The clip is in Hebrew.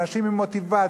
אנשים עם מוטיבציה,